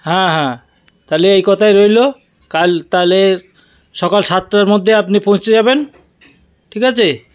হ্যাঁ হ্যাঁ তাহলে এই কথাই রইল কাল তাহলে সকাল সাতটার মধ্যে আপনি পৌঁছে যাবেন ঠিক আছে